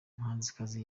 muhanzikazi